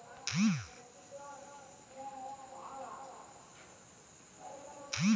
हमरा के.वाई.सी केँ लेल केँ कागज जमा करऽ पड़त?